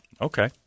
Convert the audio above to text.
Okay